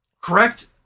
correct